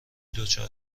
دچار